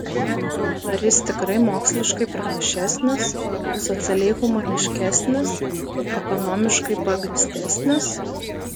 ar jis tikrai moksliškai pranašesnis socialiai humaniškesnis ekonomiškai pagrįstesnis